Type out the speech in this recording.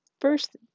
first